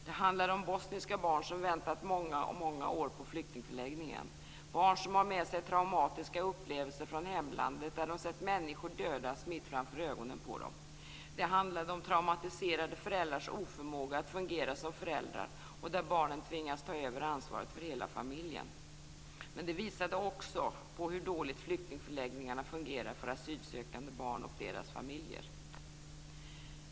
Det handlade om bosniska barn som väntat i många år på flyktingförläggningen, barn som har med sig traumatiska upplevelser från hemlandet, där de sett människor dödas mitt framför ögonen på dem. Det handlade om traumatiserade föräldrars oförmåga att fungera som föräldrar och där barnen tvingas ta över ansvaret för hela familjen. Men det visade också på hur dåligt flyktingförläggningarna fungerar för asylsökande barn och deras familjer.